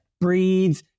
breathe